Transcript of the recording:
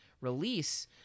release